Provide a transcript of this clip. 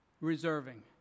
reserving